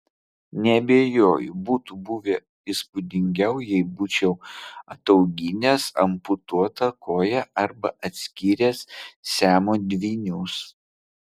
neabejoju būtų buvę įspūdingiau jei būčiau atauginęs amputuotą koją arba atskyręs siamo dvynius